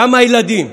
גם הילדים,